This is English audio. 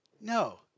No